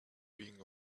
being